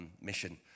mission